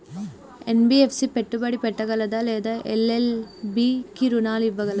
NBFC పెట్టుబడి పెట్టగలదా లేదా ఎల్.ఎల్.పి కి రుణాలు ఇవ్వగలదా?